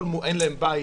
אין להם בית,